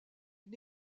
une